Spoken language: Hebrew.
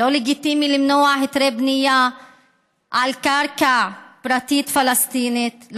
לא לגיטימי למנוע היתרי בנייה על קרקע פרטית פלסטינית,